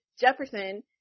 Jefferson